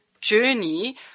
journey